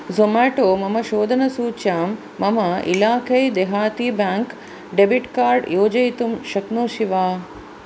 ज़ोमाटो मम शोधनसूच्यां मम इलाकै देहाती बेङ्क् डेबिट् कार्ड् योजयितुं शक्नोषि वा